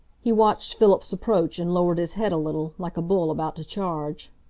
he watched philip's approach and lowered his head a little, like a bull about to charge.